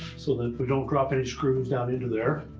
so that we don't drop any screws down into there.